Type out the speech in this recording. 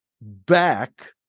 back